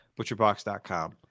ButcherBox.com